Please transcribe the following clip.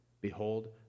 Behold